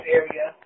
area